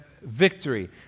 victory